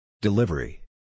Delivery